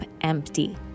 empty